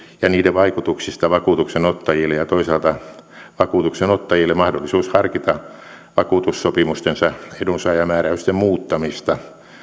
ja niiden vaikutuksista vakuutuksenottajille ja toisaalta vakuutuksenottajille mahdollisuus harkita vakuutussopimustensa edunsaajamääräysten muuttamista